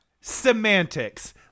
semantics